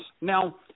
Now